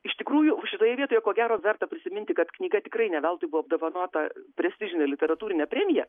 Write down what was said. iš tikrųjų o šitoje vietoje ko gero verta prisiminti kad knyga tikrai ne veltui buvo apdovanota prestižine literatūrine premija